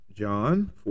John